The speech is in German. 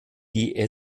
die